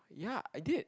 ya I did